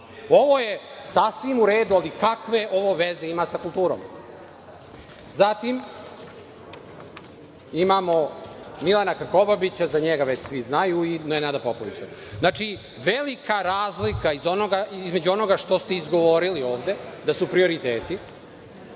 Ovo je sasvim u redu, ali kakve ovo veze ima sa kulturom? Zatim, imamo Milana Krkobabića, za njega svi već znaju, i Nenada Popovića. Znači, velika razlika je između onoga što ste izgovorili ovde da su prioriteti